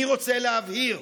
אני רוצה להבהיר: